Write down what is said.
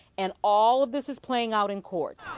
and all of this is playing out in court.